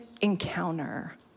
encounter